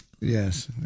Yes